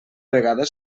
vegada